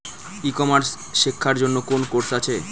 ই commerce শেক্ষার জন্য কোন কোর্স আছে?